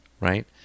Right